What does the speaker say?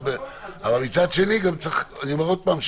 אבל מצד שני, אני אומר עוד פעם,